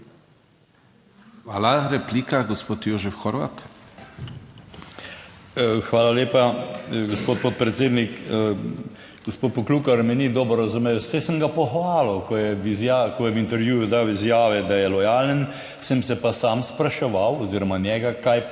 Hvala. Replika, gospod Jožef Horvat. **JOŽEF HORVAT (PS NSi):** Hvala lepa, gospod podpredsednik. Gospod Poklukar me ni dobro razumel, saj sem ga pohvalil, ko je v intervjuju dal izjave, da je lojalen. Sem se pa sam spraševal oziroma njega, kaj pa